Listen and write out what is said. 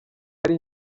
ari